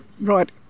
right